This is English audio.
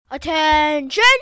ATTENTION